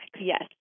yes